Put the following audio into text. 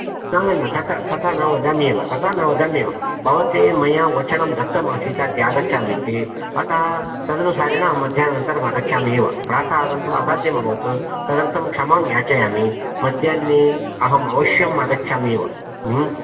न न न तथा तथा न वदाम्येव तथा न वदाम्येव भवते मया वचनं दत्तमासीत् अद्य आगच्छामि इति अतः तदनुसारेण अहं मध्याह्नानन्तरम् आगच्छामि एव प्रातः आगन्तुम् असाध्यम् अभवत् तदर्थं क्षमां याचयामि मध्याह्ने अहं अवश्यं आगच्छाम्येव अस्तु